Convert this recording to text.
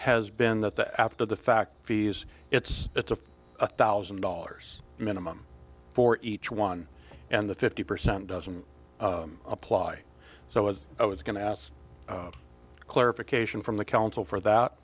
has been that the after the fact fees it's it's a a thousand dollars minimum for each one and the fifty percent doesn't apply so as i was going to ask clarification from the counsel for that